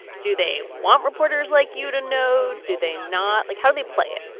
do they want reporters like you to know? do they not like how do they play it?